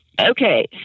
Okay